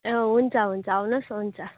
ए हुन्छ हुन्छ आउनुहोस् हुन्छ